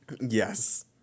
Yes